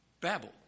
Babel